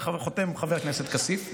חותם חבר הכנסת כסיף,